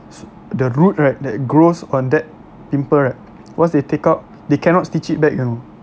the root right that grows on that pimple right once they take out they cannot stitch it back you know